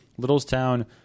Littlestown